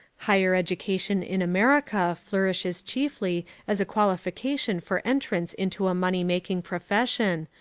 higher education in america flourishes chiefly as a qualification for entrance into a money-making profession,